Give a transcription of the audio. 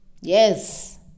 yes